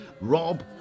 Rob